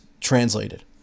translated